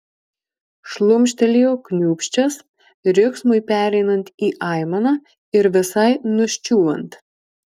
šlumštelėjo kniūbsčias riksmui pereinant į aimaną ir visai nuščiūvant